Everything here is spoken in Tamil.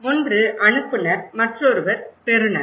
ஒன்று அனுப்புநர் மற்றொருவர் பெறுநர்